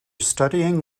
studying